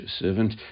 servant